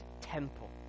temple